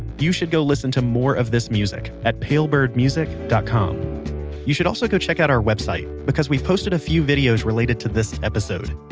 you should go listen to more of this music at pale bird music dot com you should also go check out our website, because we've posted a few videos related to this episode.